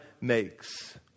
makes